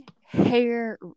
hair